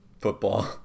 football